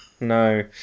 No